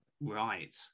Right